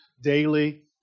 daily